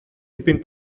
dipping